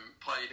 played